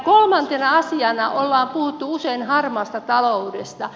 kolmantena asiana ollaan puhuttu usein harmaasta taloudesta